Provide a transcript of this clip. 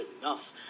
enough